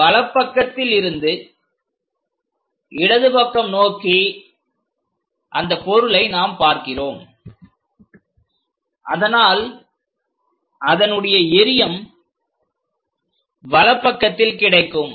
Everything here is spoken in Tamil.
இங்கு வலப்பக்கத்தில் இருந்து இடது பக்கம் நோக்கி அந்த பொருளை நாம் பார்க்கிறோம் அதனால் அதனுடைய எறியம் வலப்பக்கத்தில் கிடைக்கும்